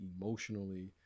emotionally